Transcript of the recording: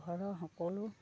ঘৰৰ সকলো